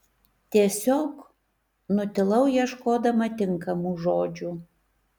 tiesiog nutilau ieškodama tinkamų žodžių